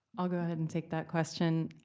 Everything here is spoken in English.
i'll go ahead and take that question.